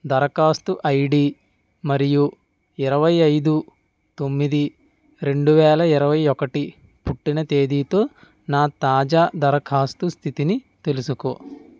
దరఖాస్తు ఐడి మరియు ఇరవై ఐదు తొమ్మిది రెండు వేల ఇరవై ఒకటి పుట్టిన తేదీతో నా తాజా దరఖాస్తు స్థితిని తెలుసుకో